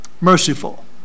merciful